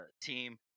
team